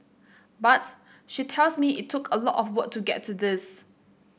but she tells me it took a lot of work to get to this